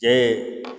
जे